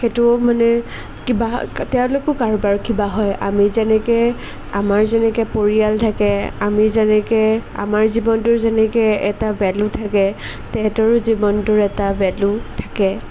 সেইটো মানে কিবা তেওঁলোকো কাৰোবাৰ কিবা হয় আমি যেনেকৈ আমাৰ যেনেকৈ পৰিয়াল থাকে আমি যেনেকৈ আমাৰ জীৱনটোৰ যেনেকৈ এটা ভ্যেলু থাকে তেহেঁতৰো জীৱনটোৰ এটা ভ্যেলু থাকে